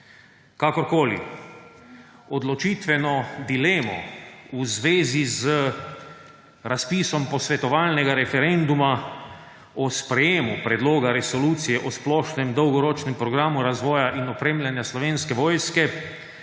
Kakorkoli, odločitveno dilemo v zvezi z razpisom posvetovalnega referenduma o sprejemu Predloga resolucije o splošnem dolgoročnem programu razvoja in opremljanja Slovenske vojske